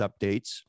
updates